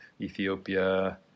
Ethiopia